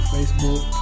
Facebook